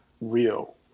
real